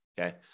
okay